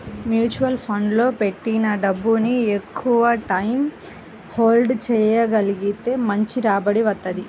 mutual ఫండ్లలో పెట్టిన డబ్బుని ఎక్కువటైయ్యం హోల్డ్ చెయ్యగలిగితే మంచి రాబడి వత్తది